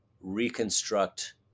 reconstruct